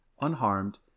unharmed